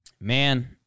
Man